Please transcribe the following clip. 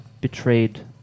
betrayed